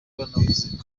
banavuze